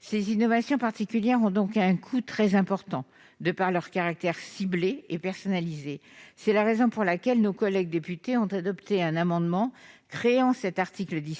Ces innovations particulières ont un coût très important de par leur caractère ciblé et personnalisé. C'est la raison pour laquelle nos collègues députés ont adopté un amendement créant cet article 17 , qui